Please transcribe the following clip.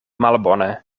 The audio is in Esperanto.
malbone